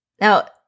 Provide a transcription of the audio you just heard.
Now